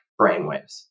brainwaves